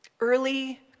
Early